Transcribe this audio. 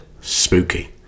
Spooky